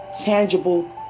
tangible